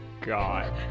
God